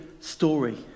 story